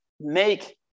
make